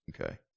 Okay